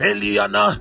Eliana